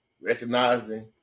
recognizing